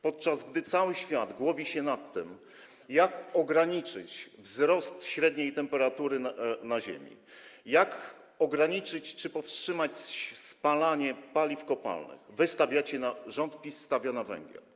Podczas gdy cały świat głowi się nad tym, jak ograniczyć wzrost średniej temperatury na ziemi, jak ograniczyć czy powstrzymać spalanie paliw kopalnych, rząd PiS stawia na węgiel.